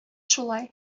шулай